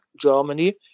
Germany